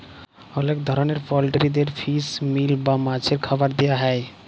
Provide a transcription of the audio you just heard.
অলেক ধরলের পলটিরিদের ফিস মিল বা মাছের খাবার দিয়া হ্যয়